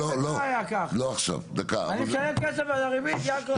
אני משלם כסף על הריבית יעקב,